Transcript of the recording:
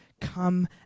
come